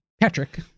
Patrick